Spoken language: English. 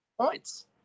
points